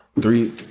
three